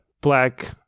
black